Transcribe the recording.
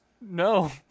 No